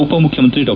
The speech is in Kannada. ಉಪ ಮುಖ್ಯಮಂತ್ರಿ ಡಾ